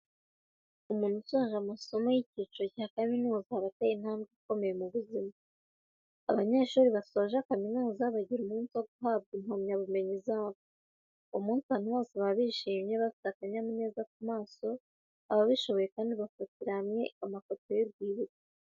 Umuntu usoje amasomo y'icyiciro cya kaminuza aba ateye intambwe ikomeye mu buzima. Abanyeshuri basoje kaminuza bagira umunsi wo guhabwa impamyabumenyi zabo. Uwo munsi abantu bose baba bishimye bafite akanyamuneza ku maso, ababishoboye kandi bafatira hamwe amafoto y'urwibutso.